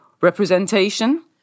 representation